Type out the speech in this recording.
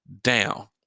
down